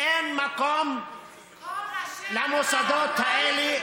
אין מקום למוסדות האלה.